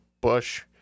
Bush